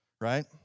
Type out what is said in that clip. right